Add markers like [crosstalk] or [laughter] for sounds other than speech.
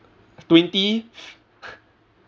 twenty [breath]